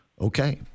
Okay